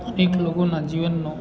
અનેક લોકોના જીવનનો